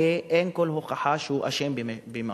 כי אין כל הוכחה שהוא אשם באמת במשהו.